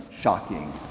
shocking